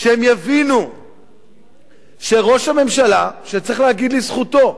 הם יבינו שראש הממשלה, שצריך להגיד לזכותו,